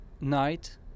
night